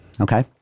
Okay